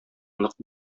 нык